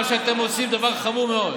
מה שאתם עושים, דבר חמור מאוד.